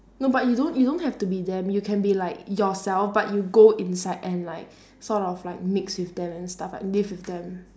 no but you don't you don't have to be them you can like be yourself but you go inside and like sort of like mix with them and stuff like live with them